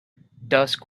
dusk